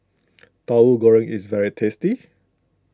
Tahu Goreng is very tasty